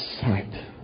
sight